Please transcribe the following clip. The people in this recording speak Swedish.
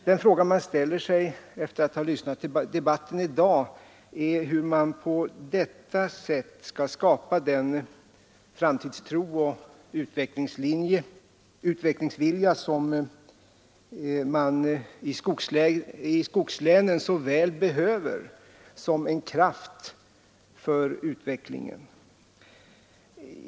Den fråga man ställer sig, efter att ha lyssnat till debatten i dag, är hur man på detta sätt skall kunna skapa den framtidstro och den utvecklingsvilja som man i skogslänen så väl behöver som en kraft för utvecklingen.